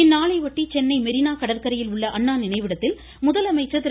இந்நாளையொட்டி சென்னை மெரினா கடற்கரையில் உள்ள அண்ணா நினைவிடத்தில் முதலமைச்சர் திரு